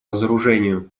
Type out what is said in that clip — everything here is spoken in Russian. разоружению